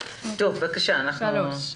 "(3)